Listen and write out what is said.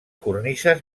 cornises